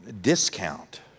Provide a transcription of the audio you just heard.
discount